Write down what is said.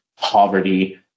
poverty